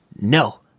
no